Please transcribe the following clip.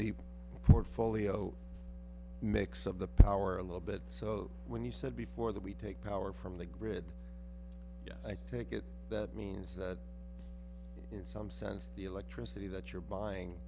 the portfolio mix of the power a little bit so when you said before that we take power from the grid i take it that means that in some sense the electricity that you're buying